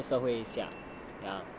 然后去回馈社会一下